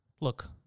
Look